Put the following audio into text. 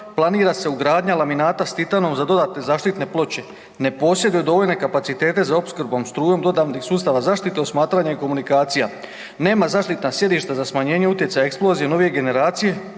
planira se ugradnja laminata s titanom za dodatne zaštitne ploče, ne posjeduje dovoljne kapacitete za opskrbom strujom dodatnih sustava zaštite .../Govornik se ne razumije./... komunikacija. Nema zaštitna sjedišta za smanjenje utjecaja eksplozija nove generacije